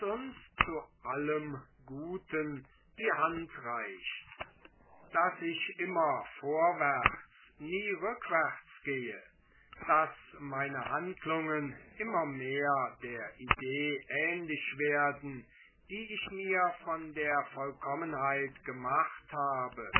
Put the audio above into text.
zu allem guten die hand reicht daß ich immer vorwärts nie rückwärts gehe daß meine handlungen immer mehr der idee ähnlich werden die ich mir von der vollkommenheit gemacht habe